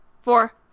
four